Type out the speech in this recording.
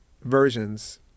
versions